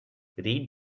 read